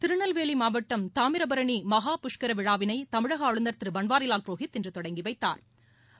திருநெல்வேலி மாவட்டம் தாமிரபரணி மகாபுஷ்கர விழாவினை தமிழக ஆளுநர் திரு பள்வாரிலால் புரோஹித் இன்று தொடங்கி வைத்தாா்